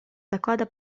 доклада